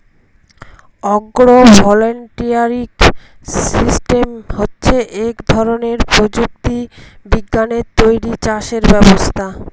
আগ্র voltaic system হচ্ছে এক ধরনের প্রযুক্তি বিজ্ঞানে তৈরী চাষের ব্যবস্থা